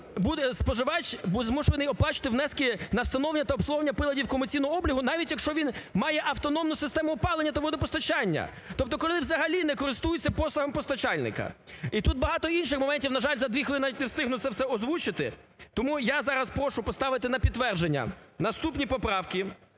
споживач змушений оплачувати внески на встановлення та обслуговування приладів комерційного обліку, навіть якщо він має автономну систему опалення та водопостачання, тобто коли він взагалі не користується послугами постачальника. І тут багато інших моментів, на жаль, за дві хвилини навіть не встигну це все озвучити. Тому я зараз прошу поставити на підтвердження наступні поправки.